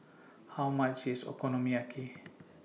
How much IS Okonomiyaki